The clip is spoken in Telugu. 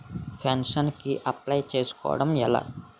పెన్షన్ కి అప్లయ్ చేసుకోవడం ఎలా?